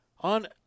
On